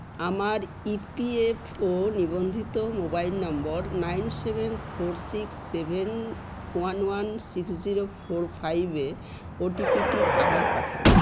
আমার ইপিএফও নিবন্ধিত mobile number nine seven four six seven one one six zero four ফাইভে ওটিপিটি আবার পাঠান